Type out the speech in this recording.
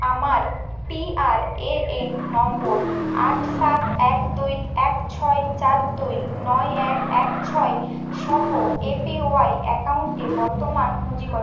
আমার পিআরএএন নম্বর আট সাত এক দুই এক ছয় চার দুই নয় এক এক ছয় সহ এপিওয়াই অ্যাকাউন্টে বর্তমান পুঁজি কত